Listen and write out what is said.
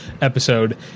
episode